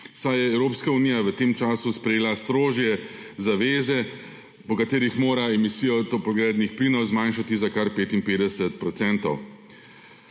saj je Evropska unija v tem času sprejela strožje zaveze, po katerih mora emisije toplogrednih plinov zmanjšati za kar 55